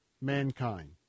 Mankind